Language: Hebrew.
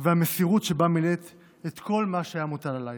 והמסירות שלך כשמילאת את כל מה שהיה מוטל עלייך,